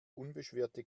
unbeschwerte